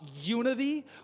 unity